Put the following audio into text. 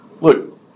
look